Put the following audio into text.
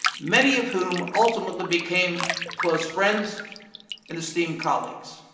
many of whom ultimately became close friends and esteemed colleagues,